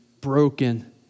broken